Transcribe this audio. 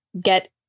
get